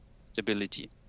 stability